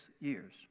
years